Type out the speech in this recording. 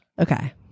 Okay